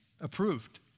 approved